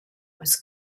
was